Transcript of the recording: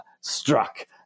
struck